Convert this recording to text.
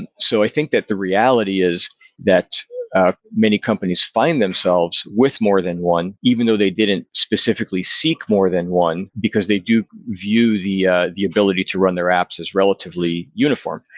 and so i think that the reality is that many companies find themselves with more than one even though they didn't specifically seek more than one, because they do view the ah the ability to run their apps as relatively uniform.